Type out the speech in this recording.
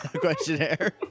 questionnaire